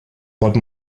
pot